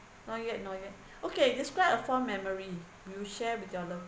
not yet not yet okay describe a fond memory you share with your love